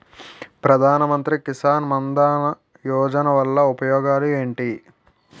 ప్రధాన మంత్రి కిసాన్ మన్ ధన్ యోజన వల్ల ఉపయోగాలు ఏంటి?